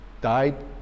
died